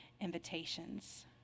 invitations